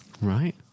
Right